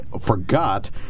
forgot